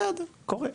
בסדר, קורה,